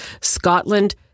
Scotland